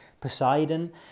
Poseidon